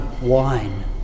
wine